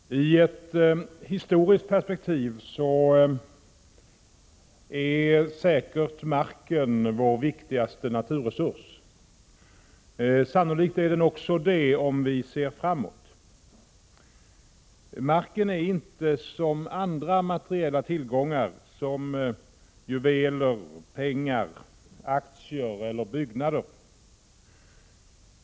Herr talman! I ett historiskt perspektiv är säkert marken vår viktigaste naturresurs. Sannolikt är den också det om vi ser framåt. Marken är inte som andra materiella tillgångar, t.ex. juveler, pengar, aktier eller byggnader.